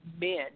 men